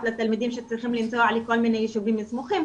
לתלמידים שצריכים לנסוע לכל מיני יישובים סמוכים,